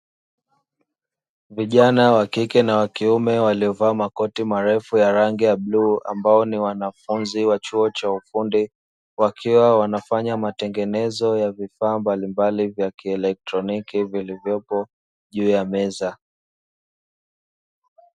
Vijana wa kike na wa kiume waliovaa makoti marefu ya rangi ya bluu, ambao ni wanafunzi wa chuo cha ufundi wakiwa wanafanya matengenezo ya vifaa mbalimbali vya kielektroniki vilivyopo juu ya meza.